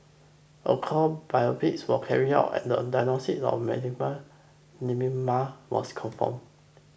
a core biopsy was carried out and the diagnosis of malignant lymphoma was confirmed